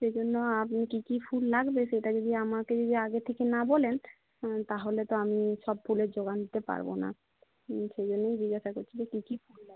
সেজন্য আপনি কি কি ফুল লাগবে সেটা যদি আমাকে যদি আগে থেকে না বলেন তাহলে তো আমি সব ফুলের জোগান দিতে পারব না সেই জন্যই জিজ্ঞাসা করছি যে কি কি ফুল লাগবে